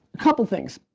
couple things.